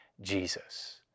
Jesus